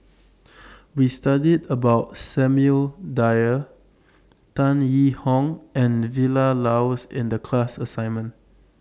We studied about Samuel Dyer Tan Yee Hong and Vilma Laus in The class assignment